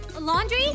Laundry